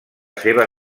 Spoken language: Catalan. seva